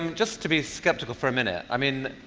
um just to be skeptical for a minute, i mean,